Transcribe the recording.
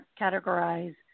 categorize